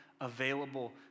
available